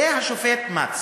זה השופט מצא.